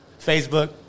Facebook